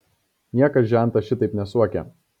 niekad žentas šitaip nesuokė